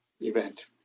event